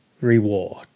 reward